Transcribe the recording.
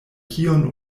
kion